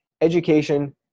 education